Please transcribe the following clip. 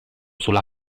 sulla